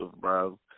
bro